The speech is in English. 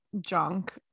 junk